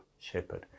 shepherd